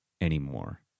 anymore